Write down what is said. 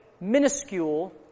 minuscule